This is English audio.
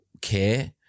care